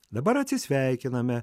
dabar atsisveikiname